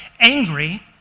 angry